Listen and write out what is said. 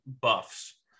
buffs